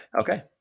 Okay